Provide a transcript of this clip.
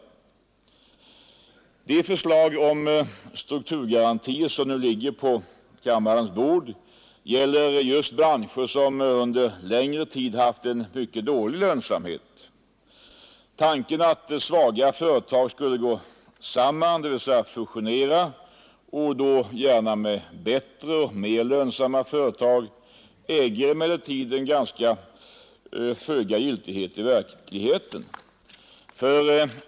De förslag om strukturgarantier som nu ligger på kammarens bord gäller just branscher som under längre tid haft en mycket dålig lönsamhet. Tanken att svaga företag skulle gå samman, dvs. fusioneras, gärna med bättre och mer lönsamma företag, äger emellertid föga giltighet i verkligheten.